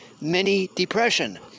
mini-depression